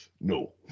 No